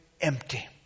empty